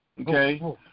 okay